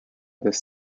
this